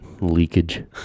leakage